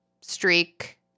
streak